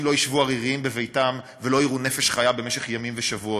שאנשים לא ישבו עריריים בביתם ולא יראו נפש חיה במשך ימים ושבועות,